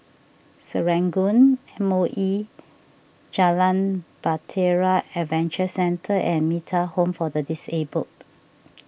Serangoon Moe Jalan Bahtera Adventure Centre and Metta Home for the Disabled